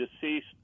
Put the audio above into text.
deceased